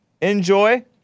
Enjoy